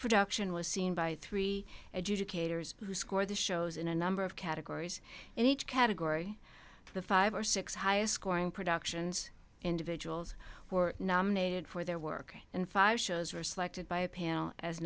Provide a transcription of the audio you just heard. production was seen by three educators who scored the shows in a number of categories in each category the five or six highest scoring productions individuals were nominated for their work and five shows were selected by a panel as